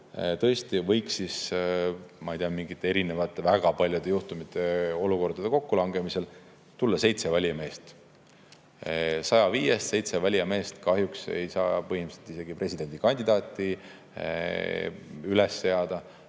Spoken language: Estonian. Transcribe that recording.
tõesti võiks, ma ei tea, mingite erinevate, väga paljude olukordade kokkulangemisel tulla seitse valijameest. Seitse valijameest kahjuks ei saa põhimõtteliselt isegi presidendikandidaati üles seada.